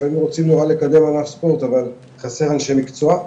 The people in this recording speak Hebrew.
לפעמים רוצים לקדם ענף ספורט אבל חסר אנשי מקצוע,